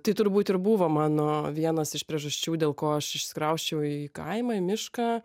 tai turbūt ir buvo mano vienas iš priežasčių dėl ko aš išsikrausčiau į kaimą į mišką